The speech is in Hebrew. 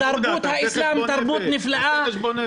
תרבות האיסלאם תרבות נפלאה.